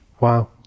Wow